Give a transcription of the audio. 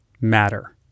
matter